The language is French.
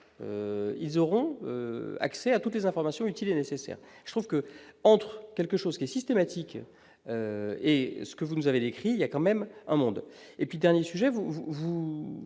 ils auront accès à toutes les informations utiles et nécessaires, je trouve que, entre quelque chose qui est systématique, est ce que vous nous avez décrit il y a quand même un monde et puis dernier sujet vous